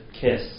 kiss